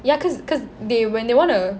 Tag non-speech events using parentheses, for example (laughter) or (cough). ya cause cause they when they want to (noise)